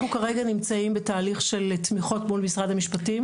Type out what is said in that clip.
אנחנו כרגע נמצאים בתהליך של תמיכות מול משרד המשפטים,